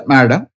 Madam